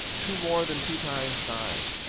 two more than two times nine.